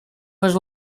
was